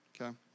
okay